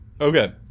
Okay